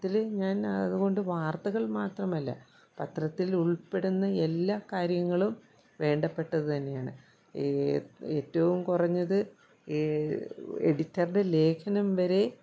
പത്രത്തിൽ ഞാൻ അതുകൊണ്ട് വാർത്തകൾ മാത്രമല്ല പത്രത്തിലുൾപ്പെടുന്ന എല്ലാ കാര്യങ്ങളും വേണ്ടപ്പെട്ടതു തന്നെയാണ് ഏറ്റവും കുറഞ്ഞത് എ എഡിറ്ററുടെ ലേഖനം വരെ